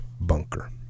bunker